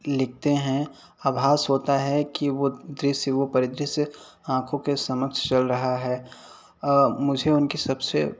लिखते हैं आभास होता है कि दृश्य वह परिदृश्य आँखों के समक्ष चल रहा है मुझे उनकी सबसे